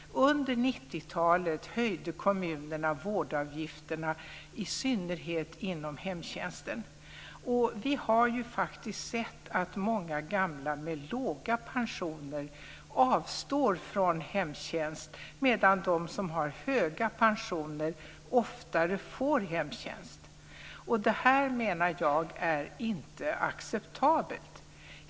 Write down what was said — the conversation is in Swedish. Under 90-talet höjde kommunerna vårdavgifterna, i synnerhet inom hemtjänsten. Vi har sett att många gamla med låga pensioner avstår från hemtjänst, medan de som har höga pensioner oftare får hemtjänst. Det här är, menar jag, inte acceptabelt.